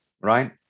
right